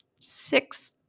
Six